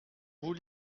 vous